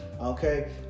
okay